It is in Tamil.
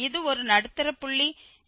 இது ஒரு நடுத்தர புள்ளி xk